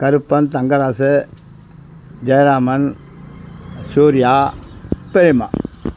Karuppan Thangarasu Jayaraman Surya Prema